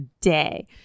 Day